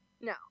No